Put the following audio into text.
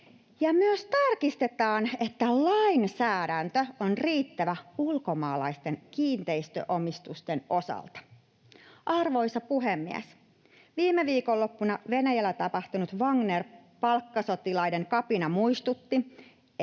myös tarkistetaan, että lainsäädäntö on riittävä ulkomaalaisten kiinteistöomistusten osalta. Arvoisa puhemies! Viime viikonloppuna Venäjällä tapahtunut Wagner-palkkasotilaiden kapina muistutti, miten